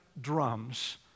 drums